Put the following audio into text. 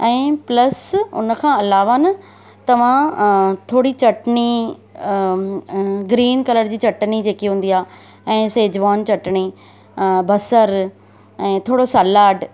ऐं प्लस इनखां अलावा न तव्हां थोरी चटिणी ग्रीन कलर जी चटिणी जेकी हूंदी आहे ऐं शेजवान चटिणी बसरु ऐं थोरो सलाड